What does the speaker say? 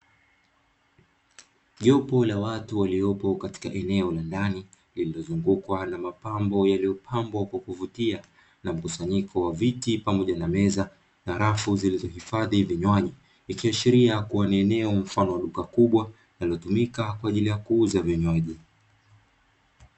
Jopo la watu waliopo katika eneo la ndani, lililozungukwa na mapambo yaliyopambwa kwa kuvutia, na mkusanyiko wa viti pamoja na meza na rafu zilizohifadhi vinywaji, ikiashiria kuwa ni eneo mfano wa duka kubwa, linalotumika kwa ajili ya kuuza vinywaji.